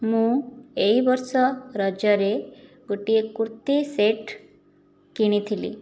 ମୁଁ ଏହି ବର୍ଷ ରଜରେ ଗୋଟିଏ କୁର୍ତ୍ତି ସେଟ୍ କିଣିଥିଲି